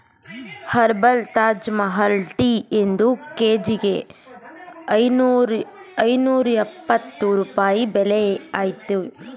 herbal Taj Mahal tea ಒಂದ್ ಕೇಜಿಗೆ ಐನೂರ್ಯಪ್ಪತ್ತು ರೂಪಾಯಿ ಬೆಲೆ ಅಯ್ತೇ